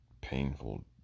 painful